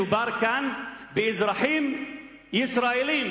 מדובר כאן באזרחים ישראלים,